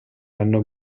hanno